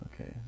Okay